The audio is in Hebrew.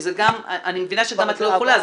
אני גם מבינה שאת לא יכולה,